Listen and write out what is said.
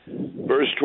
verse